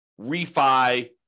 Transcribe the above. refi